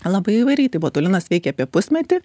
labai įvairiai tai botulinas veikia apie pusmetį